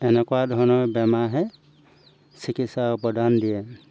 এনেকুৱা ধৰণৰ বেমাৰহে চিকিৎসাৰ উপাদান দিয়ে